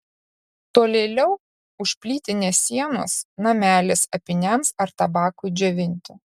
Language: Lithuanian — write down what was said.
tolėliau už plytinės sienos namelis apyniams ar tabakui džiovinti